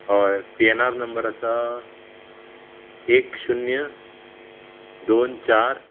हय P N R number आसा एक शुन्य दोन चार